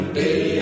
day